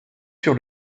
sur